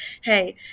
hey